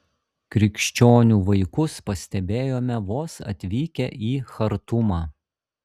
krikščionių vaikus pastebėjome vos atvykę į chartumą